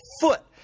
foot